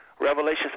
Revelations